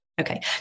Okay